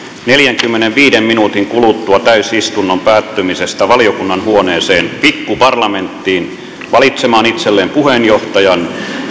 neljänkymmenenviiden minuutin kuluttua täysistunnon päättymisestä valiokunnan huoneeseen pikkuparlamenttiin valitsemaan itselleen puheenjohtajan